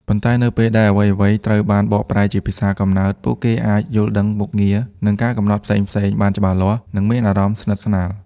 ប៉ុន្តែនៅពេលដែលអ្វីៗត្រូវបានបកប្រែជាភាសាកំណើត ពួកគេអាច យល់ដឹងមុខងារ និងការកំណត់ផ្សេងៗបានច្បាស់លាស់ និងមានអារម្មណ៍ស្និទ្ធស្នាល។